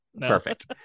Perfect